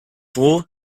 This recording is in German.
froh